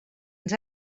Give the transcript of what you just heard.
ens